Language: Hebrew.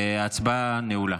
ההצבעה נעולה.